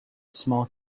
small